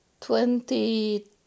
twenty